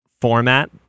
format